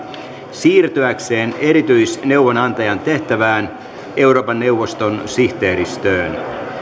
siirtyäkseen erityisneuvonantajan tehtävään euroopan neuvoston sihteeristössä